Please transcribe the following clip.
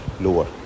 lower